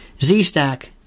Z-Stack